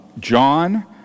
John